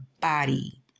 body